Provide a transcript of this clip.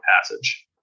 passage